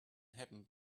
happen